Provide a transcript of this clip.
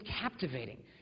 captivating